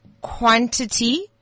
quantity